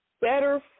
better